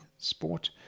sport